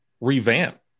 revamp